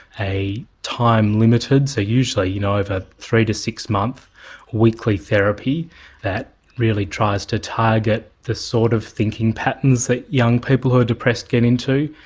a time limited, so usually you know over three to six months weekly therapy that really tries to target the sort of thinking patterns that young people who are depressed get into,